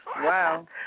Wow